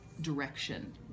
direction